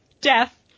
death